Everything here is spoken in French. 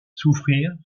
souffrir